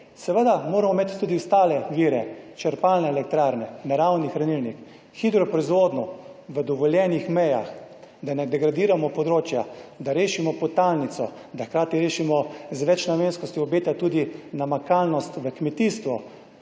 Seveda moramo imeti tudi ostale vire, črpalne elektrarne, naravni hranilnik, hidro proizvodnjo v dovoljenih mejah, da ne degradiramo področja, da rešimo podtalnico, da hkrati rešimo z večnamenskostjo obeta tudi namakalnost v kmetijstvu.